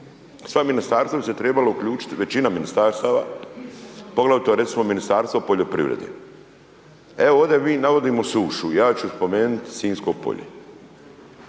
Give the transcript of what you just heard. Sva ministarstva bi se trebala uključiti. Većina ministarstava, poglavito recimo Ministarstvo poljoprivrede. Evo ovdje mi navodimo sušu, ja ću spomenuti Sinjsko polje.